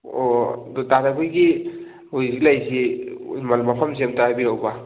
ꯑꯣ ꯑꯗꯣ ꯇꯥꯗ ꯈꯣꯏꯒꯤ ꯍꯧꯖꯤꯛ ꯂꯩꯔꯤꯁꯤ ꯃꯐꯝꯁꯤ ꯑꯝꯇ ꯍꯥꯏꯕꯤꯔꯛꯎꯕ